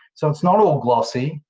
so it's not all glossy.